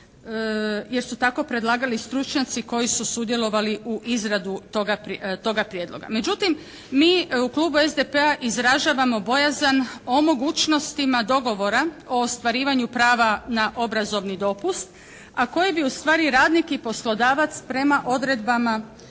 jer su tako predlagali stručnjaci koji su sudjelovali u izradi toga prijedloga. Međutim, mi u Klubu SDP-a izražavamo bojazan o mogućnostima dogovora o ostvarivanju prava na obrazovni dopust a koji bi ustvari radnik i poslodavac prema odredbama